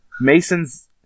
Mason's